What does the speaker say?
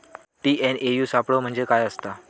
TNAU सापलो म्हणजे काय असतां?